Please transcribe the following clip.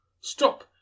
Stop